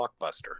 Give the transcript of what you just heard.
blockbuster